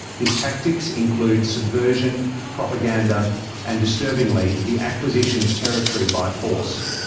his tactics include subversion, propaganda and, disturbingly, the acquisition of territory by force.